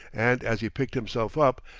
and as he picked himself up,